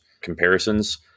comparisons